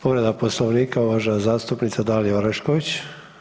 Povreda Poslovnika, uvažena zastupnica Dalija Orešković.